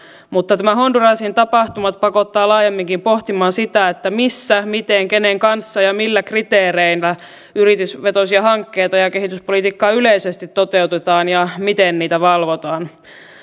mutta nämä hondurasin tapahtumat pakottavat laajemminkin pohtimaan sitä missä miten kenen kanssa ja millä kriteereillä yritysvetoisia hankkeita ja kehityspolitiikkaa yleisesti toteutetaan ja miten niitä valvotaan